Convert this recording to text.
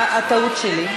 הטעות שלי.